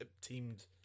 teamed